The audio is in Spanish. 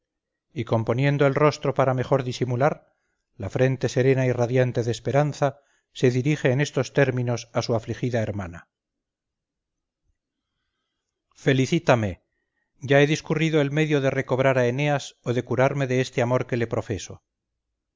y componiendo el rostro para mejor disimular la frente serena y radiante de esperanza se dirige en estos términos a su afligida hermana felicítame ya he discurrido el medio de recobrar a eneas o de curarme de este amor que le profeso